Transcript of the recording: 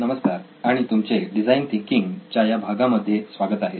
नमस्कार आणि तुमचे डिझाईन थिंकिंग च्या या भागामध्ये स्वागत आहे